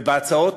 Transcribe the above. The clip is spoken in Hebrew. ובהצעות,